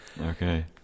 okay